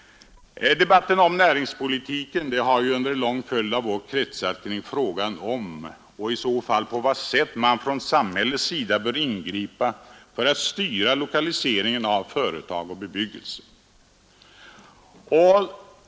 Debatten om näringspolitiken har under en lång följd av år kretsat kring frågan om och i så fall på vad sätt man från samhällets sida bör ingripa för att styra lokaliseringen av företag och bebyggelse.